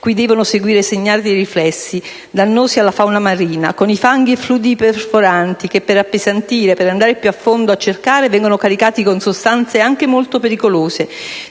cui devono seguire segnali riflessi, dannosi alla fauna marina; con i fanghi e fluidi perforanti, che per appesantire, per andare più a fondo a cercare, vengono caricati con sostanze anche molto pericolose,